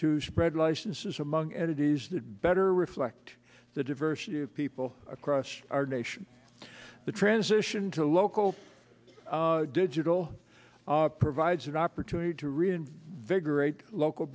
to spread licenses among added he's the better reflect the diversity of people across our nation the transition to local digital provides an opportunity to reinvigorate local